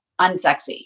unsexy